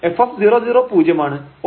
f0 0 പൂജ്യമാണ്